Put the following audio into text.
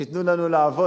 שייתנו לנו לעבוד,